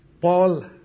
Paul